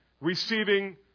receiving